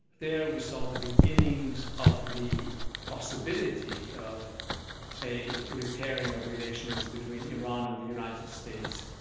there we saw the beginnings of the possibility of a repairing of relations between iran and the united states,